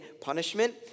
punishment